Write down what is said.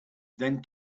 then